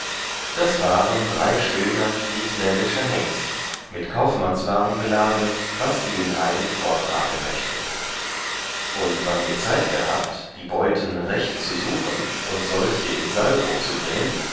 das waren drei schöner friesländischer hengst mit kaufmannswaren beladen was sie in eil forttragen möchten und wann wir zeit gehabt die beuten recht zu suchen und solche in salvo zu bringen